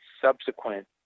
subsequent